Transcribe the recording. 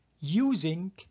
using